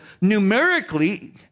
numerically